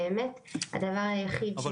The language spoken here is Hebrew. באמת שהדבר היחיד ---.